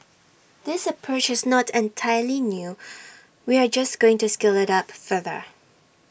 this approach is not entirely new we are just going to scale IT up further